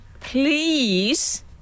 Please